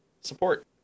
Support